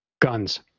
Guns